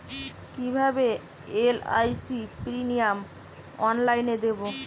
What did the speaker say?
কিভাবে LIC premium অনলাইনে দেবো?